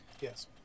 Yes